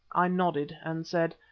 i nodded and said,